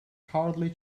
hardly